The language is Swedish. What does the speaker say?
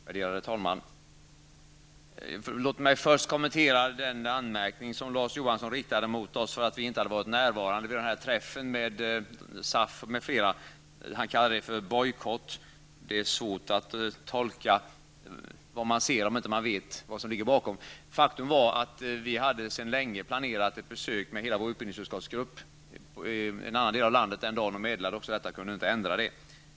Värderade talman! Låt mig först kommentera den anmärkning som Larz Johansson riktade mot oss för att vi inte hade varit närvarande vid träffen med SAF m.fl. Han kallade det bojkott. Det är svårt att tolka vad man ser om man inte vet vad som ligger bakom. Faktum var att vi sedan länge hade planerat ett besök med hela vår utbildningsutskottsgrupp i en annan del av landet den dagen och meddelade att vi inte kunde ändra på det.